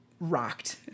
rocked